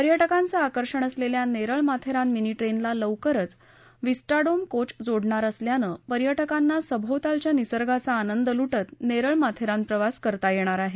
पर्यटकांचं आकर्षण असलेल्या नेरळ माथेरान मिनी ट्रेनला लवकरच विशेष विस्टाडोम कोच जोडणार असल्यानं पर्यटकांना सभोवतालच्या निसर्गाचा आनंद लूटत नेरळ माथेरान हा प्रवास करता येणार आहे